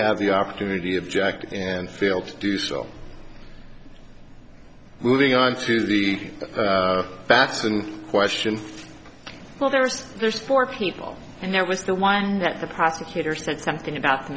have the opportunity of jackie and failed to do so moving on to the facts and questions well there's there's four people and there was the one that the prosecutor said something about the